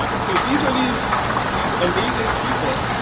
ah so these are these these amazing people.